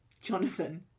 Jonathan